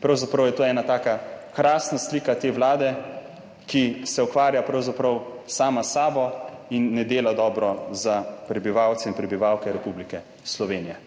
Pravzaprav je to ena taka krasna slika te vlade, ki se ukvarja pravzaprav sama s sabo in ne dela dobro za prebivalce in prebivalke Republike Slovenije.